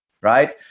right